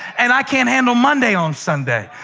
and i can't handle monday on sunday.